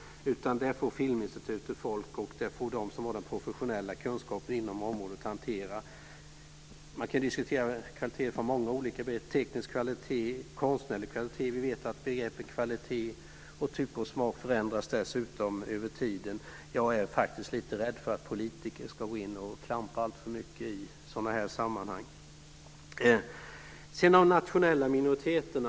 Det får Filminstitutet och de som har den professionella kunskapen inom området hantera. Man kan diskutera kvalitet på många sätt. Det kan handla om teknisk kvalitet och konstnärlig kvalitet. Vi vet att begreppet kvalitet och tycke och smak dessutom förändras över tiden. Jag är faktiskt lite rädd för att politiker ska gå in och klampa alltför mycket i sådana sammanhang. Några talare var inne på de nationella minoriteterna.